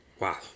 Wow